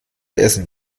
essen